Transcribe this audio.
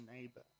neighbor